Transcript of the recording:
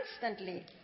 constantly